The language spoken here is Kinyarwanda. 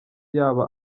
yaba